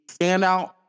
standout